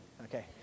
Okay